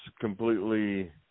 completely